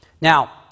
Now